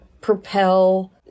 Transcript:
propel